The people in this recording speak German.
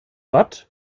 watt